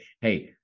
hey